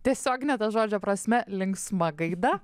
tiesiogine ta žodžio prasme linksma gaida